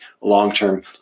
long-term